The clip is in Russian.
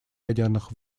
ядерных